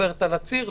עוברת על הציר,